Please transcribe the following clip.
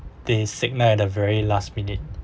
they signal at the very last minute